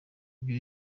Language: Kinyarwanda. ibyo